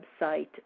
website